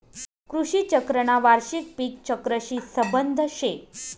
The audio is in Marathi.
कृषी चक्रना वार्षिक पिक चक्रशी संबंध शे